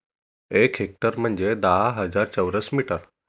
एक हेक्टर म्हंजे दहा हजार चौरस मीटर